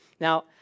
Now